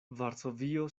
varsovio